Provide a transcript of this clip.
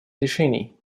решений